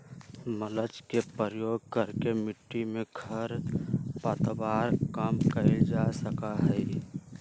mulch के प्रयोग करके मिट्टी में खर पतवार कम कइल जा सका हई